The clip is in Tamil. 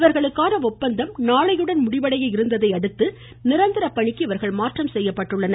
இவர்களுக்கான ஒப்பந்தம் நாளையுடன் முடிவடைய இருந்ததையடுத்து நிரந்தர பணிக்கு மாற்றம் செய்யப்பட்டுள்ளனர்